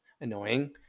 annoying